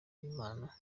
b’imana